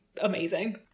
amazing